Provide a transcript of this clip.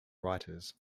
writers